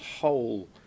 whole